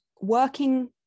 working